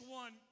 one